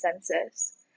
census